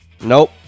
Nope